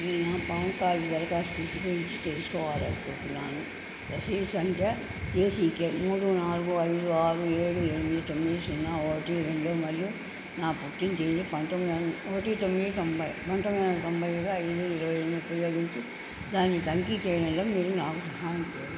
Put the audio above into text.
నేను నా PAN card దరఖాస్తు స్థితి గురించి తెలుసుకోవాలనుకుంటున్నాను రసీదు సంఖ్య ఏసీకే మూడు నాలుగు ఐదు ఆరు ఏడు ఎనిమిది తొమ్మిది సున్నా ఒకటి రెండు మరియు నా పుట్టిన తేదీ పంతొంమిది వం ఒకటి తొమ్మిది తొంబై పంతొమ్మిది వందల తొంబై ఏడు ఐదు ఇరవై ఎనిమిది ఉపయోగించి దాన్ని తనిఖీ చెయ్యడంలో మీరు నాకు సహాయం చెయ్యగలరా